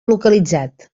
localitzat